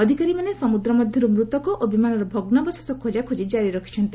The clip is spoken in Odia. ଅଧିକାରୀମାନେ ସମୁଦ୍ର ମଧ୍ୟରୁ ମୃତକଙ୍କ ବିମାନର ଭଗ୍ନାବଶେଷ ଖୋକାଖୋଜି କାରି ରଖିଛନ୍ତି